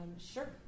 sure